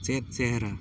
ᱪᱮᱫ ᱪᱮᱦᱨᱟ